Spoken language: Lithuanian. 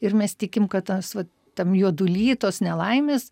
ir mes tikim kad tas vat tam juoduly tos nelaimės